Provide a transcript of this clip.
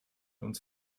uns